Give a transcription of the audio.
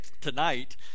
tonight